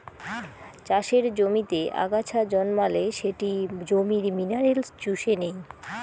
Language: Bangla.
চাষের জমিতে আগাছা জন্মালে সেটি জমির মিনারেলস চুষে নেই